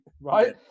right